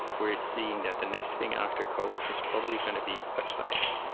we're seeing that the next thing after code is probably going to be websites,